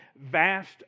Vast